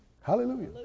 Hallelujah